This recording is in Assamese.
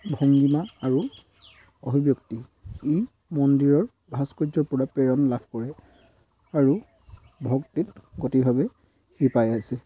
ভংগীমা আৰু অভিব্যক্তি ই মন্দিৰৰ ভাস্কৰ্যৰপৰা প্ৰেৰণ লাভ কৰে আৰু ভক্তিত গতিভাৱে আছে